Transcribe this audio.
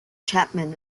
chapman